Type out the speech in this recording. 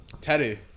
teddy